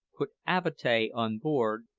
put avatea on board,